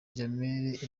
djabel